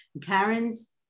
Karen's